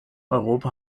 europa